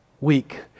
week